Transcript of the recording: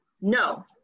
No